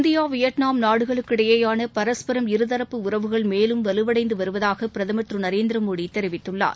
India Vietnam நாடுகளுக்கு இடையேயான பரஸ்பரம் இருதரப்பு உறவுகள் மேலும் வலுவனடந்து வருவதாக பிரதமர் திரு நரேந்திரமோடி தெரிவித்துள்ளார்